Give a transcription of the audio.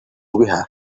بها